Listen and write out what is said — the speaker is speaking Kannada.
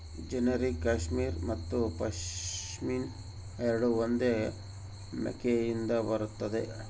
ಜೆನೆರಿಕ್ ಕ್ಯಾಶ್ಮೀರ್ ಮತ್ತು ಪಶ್ಮಿನಾ ಎರಡೂ ಒಂದೇ ಮೇಕೆಯಿಂದ ಬರುತ್ತದೆ